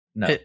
no